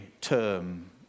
term